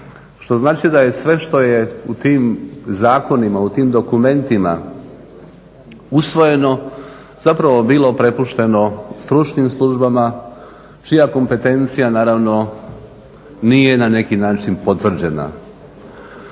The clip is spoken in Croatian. što znači da je sve što je u tim zakonima, u tim dokumentima usvojeno zapravo bilo prepušteno stručnim službama čija kompetencija naravno nije na neki način potvrđena.